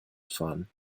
fahren